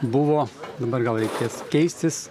buvo dabar gal reikės keistis